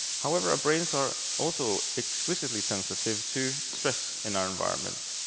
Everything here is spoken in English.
however, our brains are also exquisitely sensitive to stress in our environment.